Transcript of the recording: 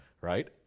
right